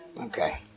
Okay